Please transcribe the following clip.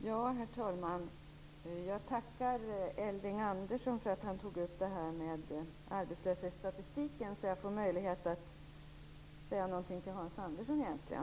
Herr talman! Jag tackar Elving Andersson för att han tog upp detta med arbetslöshetsstatistiken. Då får jag möjlighet att säga någonting till Hans Andersson egentligen.